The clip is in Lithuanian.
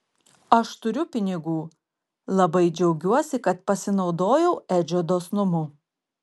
aš turiu pinigų labai džiaugiuosi kad pasinaudojau edžio dosnumu